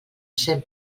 cent